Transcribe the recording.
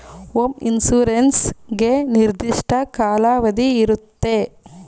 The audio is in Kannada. ಹೋಮ್ ಇನ್ಸೂರೆನ್ಸ್ ಗೆ ನಿರ್ದಿಷ್ಟ ಕಾಲಾವಧಿ ಇರುತ್ತೆ